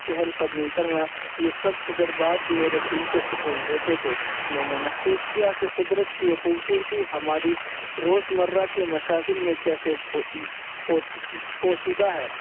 چہل قدمی کرنا یہ سب تجربات میرے دل کو سکون دیتے تھے میں نے محسوس کیا کہ قدرت کی خوبصورتی ہماری روزمرہ کے مشاغل میں کیسے پوشیدہ ہیں